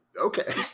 Okay